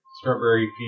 Strawberry